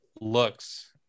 looks